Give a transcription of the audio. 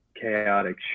chaotic